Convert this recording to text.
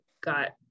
got